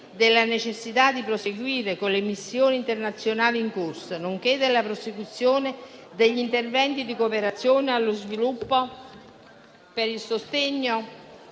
della necessità di proseguire con le missioni internazionali in corso, nonché con gli interventi di cooperazione allo sviluppo per il sostegno